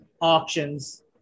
auctions